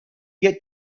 get